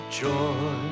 joy